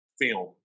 film